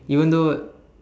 even though